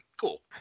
Cool